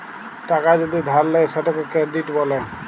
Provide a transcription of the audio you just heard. টাকা যদি ধার লেয় সেটকে কেরডিট ব্যলে